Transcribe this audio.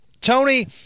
tony